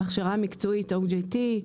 בהכשרה המקצועית OJT,